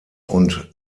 und